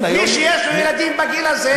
מי שיש לו ילדים בגיל הזה,